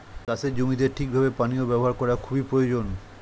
চাষের জমিতে ঠিক ভাবে পানীয় ব্যবস্থা করা খুবই প্রয়োজন